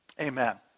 Amen